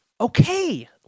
Okay